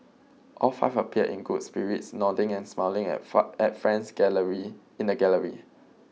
all five appeared in good spirits nodding and smiling at five at friends gallery in the gallery